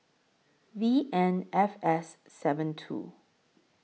V N F S seven two